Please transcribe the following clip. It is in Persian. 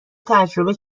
تجربه